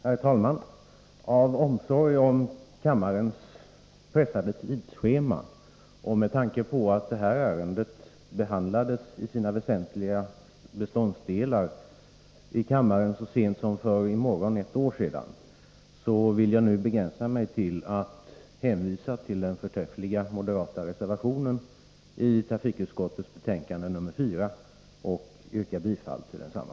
Herr talman! Av omsorg om kammarens pressade tidsschema och med tanke på att det här ärendet behandlades i sina väsentliga beståndsdelar i kammaren så sent som för ett år sedan på en dag när, skall jag begränsa mig till att hänvisa till den förträffliga moderata reservationen i trafikutskottets betänkande 4 och yrkar bifall till densamma.